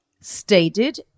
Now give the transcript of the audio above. stated